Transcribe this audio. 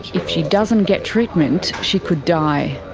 if she doesn't get treatment she could die,